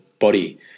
body